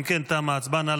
אם כן, תמה ההצבעה,